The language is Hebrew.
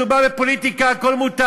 אז זאת אומרת שכשמדובר בפוליטיקה הכול מותר,